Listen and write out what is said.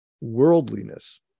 worldliness